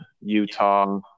Utah